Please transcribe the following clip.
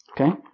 okay